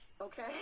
okay